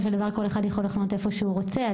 של דבר כל אחד יכול לחנות איפה שהוא רוצה?